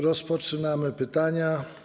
Rozpoczynamy pytania.